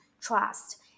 trust